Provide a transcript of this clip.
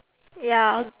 ya